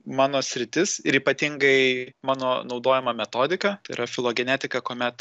mano sritis ir ypatingai mano naudojama metodika tai yra filogenetika kuomet